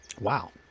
Wow